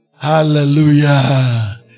Hallelujah